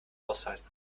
aushalten